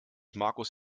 markus